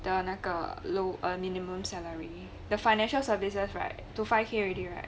的那个 low err a minimum salary the financial services right to five K already right